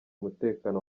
umutekano